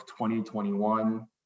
2021